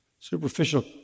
Superficial